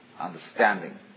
understanding